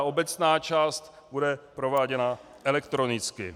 Obecná část bude prováděna elektronicky.